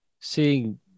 seeing